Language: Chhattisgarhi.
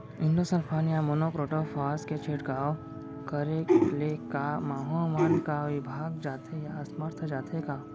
इंडोसल्फान या मोनो क्रोटोफास के छिड़काव करे ले क माहो मन का विभाग जाथे या असमर्थ जाथे का?